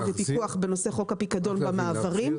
ופיקוח בנושא חוק הפיקדון במעברים.